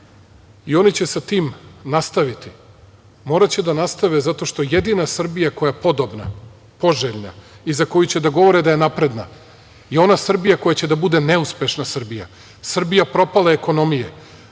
Oni će sa tim nastaviti. Moraće da nastave, zato što jedina Srbija koja je podobna, poželjna i za koju će da govore da je napredna je ona Srbija koja će da bude neuspešna Srbija, Srbija propale ekonomije,